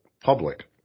public